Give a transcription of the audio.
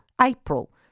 April